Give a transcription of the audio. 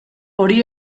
hori